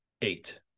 eight